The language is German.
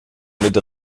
mit